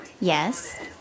Yes